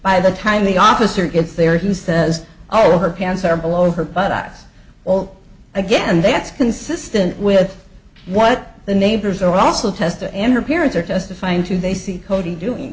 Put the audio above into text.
by the time the officer gets there who says all her pants are below her but that's all again that's consistent with what the neighbors are also tested and her parents are testifying to they see cody doing